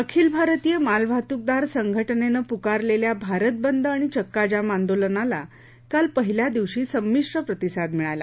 अखिल भारतीय मालवाहतुकदार संघटनेनं पुकारलेल्या भारत बंद आणि चक्काजाम आंदोलनाला काल पहिल्या दिवशी संमिश्र प्रतिसाद मिळाला